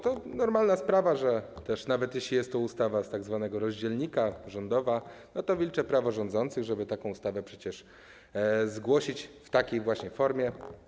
To normalna sprawa, że nawet jeśli jest to ustawa z tzw. rozdzielnika, rządowa, to wilcze prawo rządzących, żeby taką ustawę zgłosić w takiej właśnie formie.